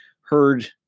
heard